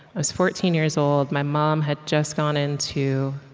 i was fourteen years old. my mom had just gone into